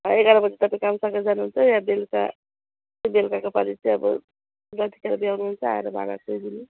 एघार बजी तपाईँ काम सकेर जानुहुन्छ या बेलुका बेलुुकाको पालि चाहिँ अब जतिखेर भ्याउनु हुन्छ आएर भाडा धोइदिनु